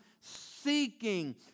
seeking